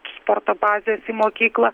sporto bazės į mokyklą